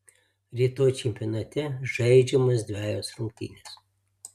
rytoj čempionate žaidžiamos dvejos rungtynės